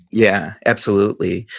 yeah, absolutely.